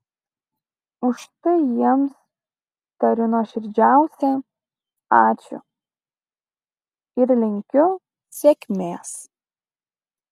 už tai jiems tariu nuoširdžiausią ačiū ir linkiu sėkmės